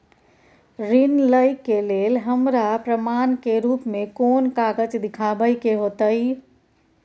ऋण लय के लेल हमरा प्रमाण के रूप में कोन कागज़ दिखाबै के होतय?